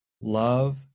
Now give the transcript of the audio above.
love